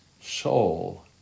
soul